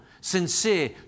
sincere